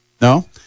No